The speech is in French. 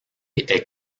est